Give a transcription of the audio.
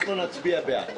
אנחנו נצביע בעד.